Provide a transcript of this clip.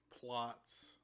plots